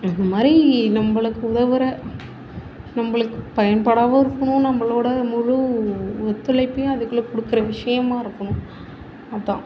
இந்த மாதிரி நம்மளுக்கு உதவுகிற நம்மளுக்கு பயன்பாடாகவும் இருக்கணும் நம்மளோட முழு ஒத்துழைப்பையும் அதுக்குள்ளே கொடுக்குற விஷயமா இருக்கணும் அதுதான்